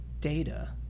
Data